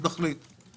לתת זמן להתארגנות,